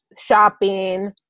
shopping